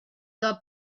the